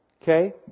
Okay